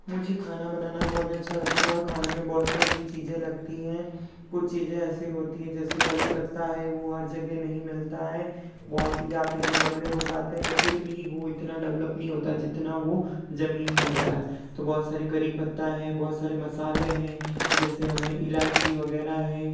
मुझे खाना बनाना बहुत अच्छा लगता है और खाने में बोहुत सारी चीज़ें लगती हैं कुछ चीज़ें ऐसी होती हैं जैसे करी पत्ता है वो हर जगह नहीं मिलता है बहुत या फिर हम गमले में उगाते हैं फिर भी वो इतना डेवलप नहीं होता जितना वो ज़मीन में होता है तो बहुत सारे कड़ी पत्ता हैं बहुत सारे मसाले हैं जैसे हमें इलाइची वगैरह है